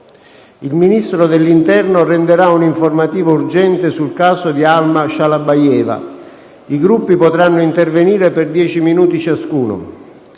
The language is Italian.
il Ministro dell'interno renderà un'informativa urgente sul caso di Alma Shalabayeva. I Gruppi potranno intervenire per dieci minuti ciascuno.